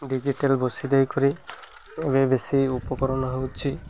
digital ବସି ଦେଇ କରି ଏବେ ବେଶୀ ଉପକରଣ ହେଉଛି